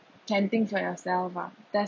can think for yourself ah that's